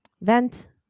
vent